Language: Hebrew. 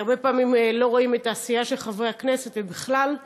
כי הרבה פעמים לא רואים את העשייה של חברי הכנסת ובכלל.